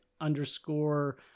underscore